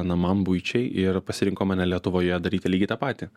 namam buičiai ir pasirinko mane lietuvoje daryti lygiai tą patį